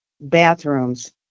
bathrooms